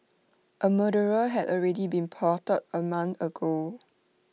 A murderer had already been plotted A month ago